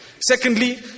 Secondly